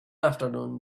afternoon